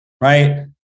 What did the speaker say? right